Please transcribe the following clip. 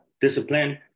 discipline